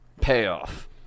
payoff